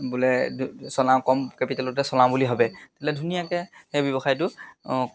বোলে চলাওঁ কম কেপিটেলতে চলাওঁ বুলি ভাবে তেতিয়া'হলে ধুনীয়াকৈ সেই ব্যৱসায়টো